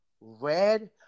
red